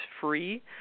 free